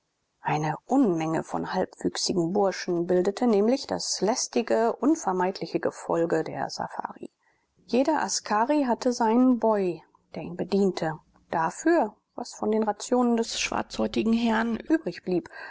eine unmenge von halbwüchsigen burschen bildete nämlich das lästige unvermeidliche gefolge der safari jeder askari hatte seinen boy der ihn bediente dafür was von der ration des schwarzhäutigen herrn übrig blieb